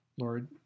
Lord